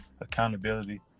accountability